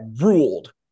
ruled